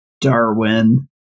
Darwin